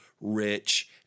rich